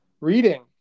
Reading